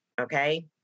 Okay